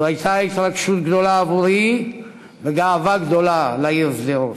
זו הייתה התרגשות גדולה עבורי וגאווה גדולה לעיר שדרות.